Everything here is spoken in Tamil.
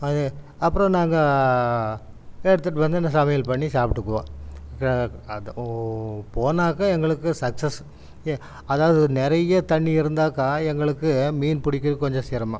அது அப்புறம் நாங்கள் எடுத்துகிட்டு வந்து நான் சமையல் பண்ணி சாப்பிட்டுக்குவோம் போனாக்க எங்களுக்கு சக்ஸஸ் அதாவது நிறைய தண்ணி இருந்தாக்கா எங்களுக்கு மீன் பிடிக்கிறது கொஞ்சம் சிரமம்